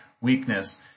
weakness